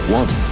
one